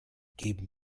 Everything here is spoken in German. geben